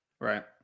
Right